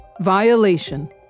Violation